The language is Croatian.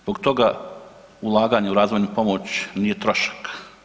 Zbog toga ulaganja u razvojnu pomoć nije trošak.